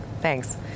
Thanks